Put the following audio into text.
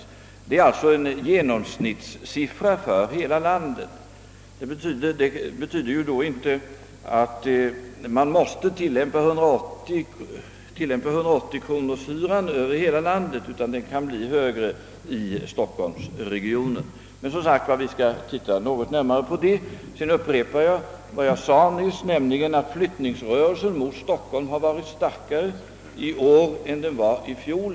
Detta är alltså ett genomsnitt, och det betyder inte att hyran måste bli 180 kronor över hela landet, utan den kan bli högre i stockholmsregionen. Men vi skall, som jag sagt tidigare, titta närmare på saken. Sedan upprepar jag att flyttningsrörelsen mot Stockholm varit starkare i år än i fjol.